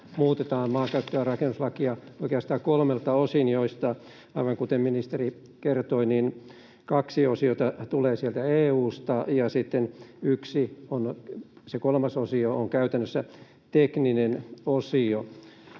muutetaan maankäyttö- ja rakennuslakia oikeastaan kolmelta osin, joista, aivan kuten ministeri kertoi, kaksi osiota tulee sieltä EU:sta ja sitten yksi, se kolmas osio, on käytännössä tekninen osio.